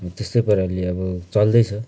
त्यस्तै पाराले अब चल्दैछ